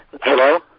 Hello